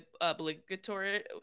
obligatory